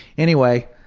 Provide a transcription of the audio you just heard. anyway,